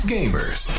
Gamers